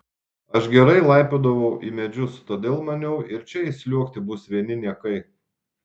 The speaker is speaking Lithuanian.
aš gerai laipiodavau į medžius todėl maniau ir čia įsliuogti bus vieni niekai